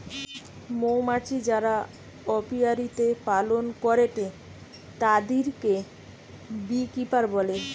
মৌমাছি যারা অপিয়ারীতে পালন করেটে তাদিরকে বী কিপার বলে